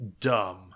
dumb